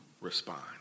respond